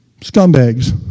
scumbags